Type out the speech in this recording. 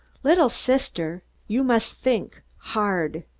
little sister. you must think hard.